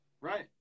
Right